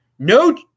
no